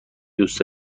دوست